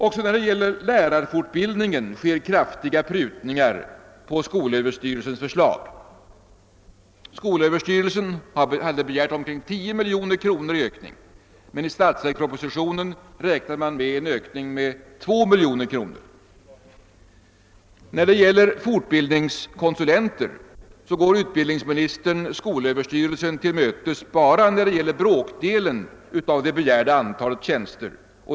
Också när det gäller lärarfortbildningen har kraftiga prutningar gjorts på skolöverstyrelsens förslag. Skolöverstyrelsen hade begärt omkring 10 miljoner kronor i ökning. I statsverkspropositionen räknar man med en ökning på 2 miljoner kronor. Beträffande fortbildningskonsulenter går utbildningsministern skolöverstyrelsen till mötes bara med en bråkdel av det begärda antalet tjänster.